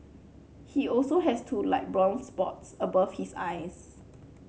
he also has two light brown spots above his eyes